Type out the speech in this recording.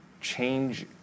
change